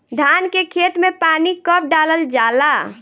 धान के खेत मे पानी कब डालल जा ला?